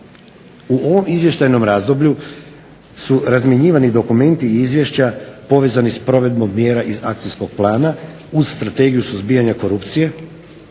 U ovom izvještajnom razdoblju su razmjenjivani dokumenti i izvješća povezni s provedbom mjera iz Akcijskog plana uz Strategiju suzbijanja korupcije